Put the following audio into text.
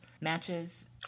matches